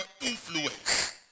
influence